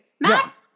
Max